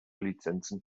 lizenzen